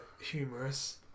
humorous